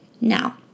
now